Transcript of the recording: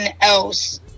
else